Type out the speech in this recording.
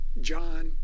John